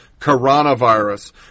coronavirus